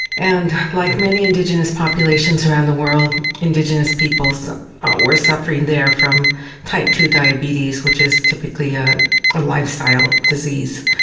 and like many indigenous populations around the world, indigenous peoples were suffering there from type two diabetes which is typically a ah lifestyle disease.